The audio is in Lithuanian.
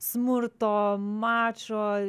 smurto mačo